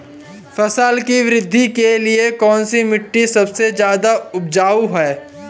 फसल की वृद्धि के लिए कौनसी मिट्टी सबसे ज्यादा उपजाऊ है?